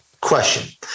question